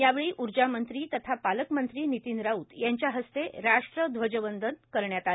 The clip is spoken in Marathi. यावेळी ऊर्जा मंत्री तथा पालकमंत्री नितीन राऊत यांच्या हस्ते राष्ट्रध्वजवंदन करण्यात आलं